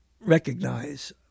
recognize